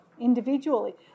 individually